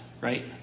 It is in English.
right